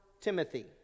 Timothy